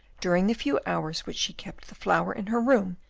during the few hours which she kept the flower in her room,